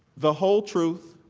the whole truth